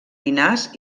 pinars